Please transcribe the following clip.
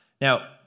Now